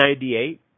1998